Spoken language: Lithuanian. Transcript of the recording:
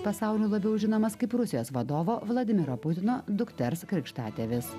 pasauliui labiau žinomas kaip rusijos vadovo vladimiro putino dukters krikštatėvis